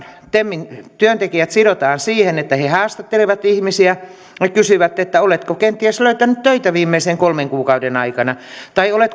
temin työntekijät sidotaan siihen että he haastattelevat ihmisiä ja kysyvät oletko kenties löytänyt töitä viimeisten kolmen kuukauden aikana tai oletko